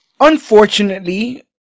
unfortunately